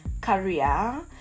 career